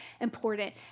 important